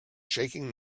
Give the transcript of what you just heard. shaking